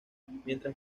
mientras